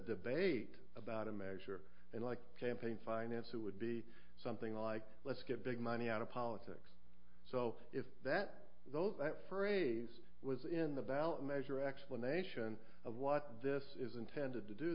debate about a measure and like campaign finance it would be something like let's get big money out of politics so if that though that phrase was in the ballot measure explanation of what this is intended to do